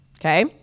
okay